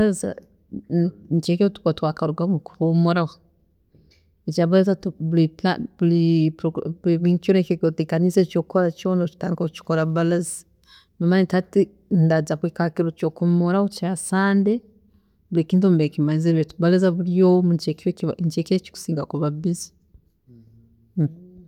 Baraza ni- nikyo ekiro ekitukuba twakaruga kuhumuraho, ekyabaraza buri buri ekiro eki orikweteekaniza buri eki orikukora kyoona oyeteekaniza okikora baraza nomanya nti hati ndaaza kuhika hakiro kyokuhuumura kya Sunday buri kintu mbe nkimazire baitu baraza buri omu nikyo nikyo ekiro ekikusinga kuba busy.